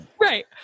Right